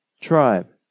tribe